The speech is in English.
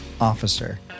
officer